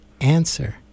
answer